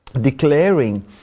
declaring